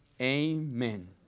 amen